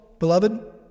Beloved